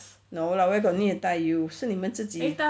no lah where got 虐待 you 是你们自己